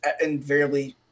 invariably